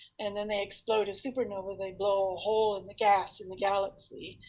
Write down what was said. and then they explode as supernova, they blow hole in the gas in the galaxy,